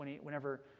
whenever